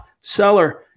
seller